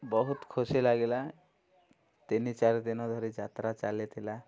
ବହୁତ ଖୁସି ଲାଗିଲା ତିନି ଚାରି ଦିନ ଧରି ଯାତ୍ରା ଚାଲିଥିଲା